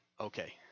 okay